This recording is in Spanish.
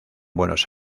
buenos